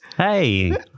hey